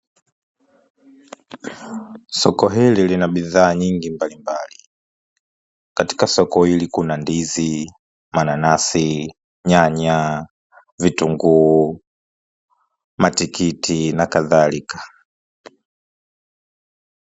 Soko hili lina bidhaa nyingi mbalimbali, katika soko hili kuna ndizi, mananasi, nyanya, vitunguu, matikiti na kadhalika.